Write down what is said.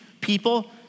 people